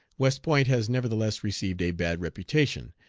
west point has nevertheless received a bad reputation,